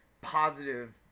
positive